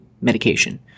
medication